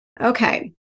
Okay